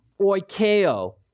oikeo